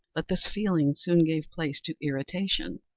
but this feeling soon gave place to irritation.